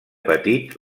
petit